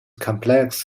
complex